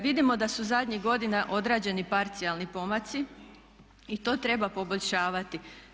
Vidimo da su zadnjih godina odrađeni parcijalni pomaci i to treba poboljšavati.